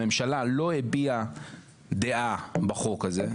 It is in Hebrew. הממשלה לא הביעה דעה בחוק הזה,